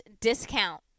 discount